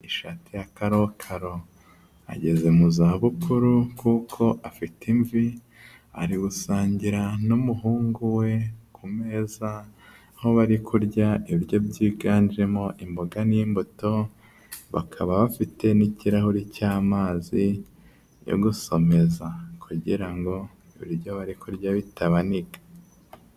Ishati ya karokaro, ageze mu zabukuru kuko afite imvi, ari gusangira n'umuhungu we ku meza aho bari kurya ibiryo byiganjemo imboga n'imbuto, bakaba bafite n'ikirahure cy'amazi yo gusomeza kugira ngo ibiryo bari kurya bitabaniga.